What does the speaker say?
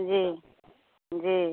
जी जी